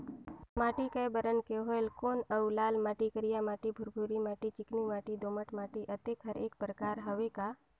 माटी कये बरन के होयल कौन अउ लाल माटी, करिया माटी, भुरभुरी माटी, चिकनी माटी, दोमट माटी, अतेक हर एकर प्रकार हवे का?